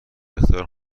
اختیار